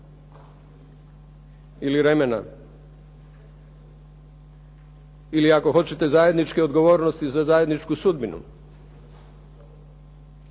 ili remena ili ako hoćete zajedničke odgovornosti za zajedničku sudbinu?